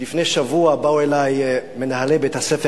ולפני שבוע באו אלי מנהלי בית-הספר,